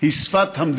היא שפת המדינה.